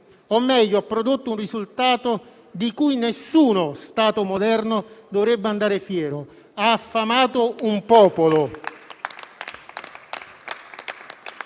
o meglio ha prodotto un risultato di cui nessuno Stato moderno dovrebbe andare fiero: ha affamato un popolo.